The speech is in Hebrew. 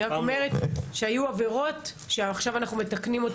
אני רק אומרת שהיו עבירות שעכשיו אנחנו מתקנים,